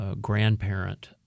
grandparent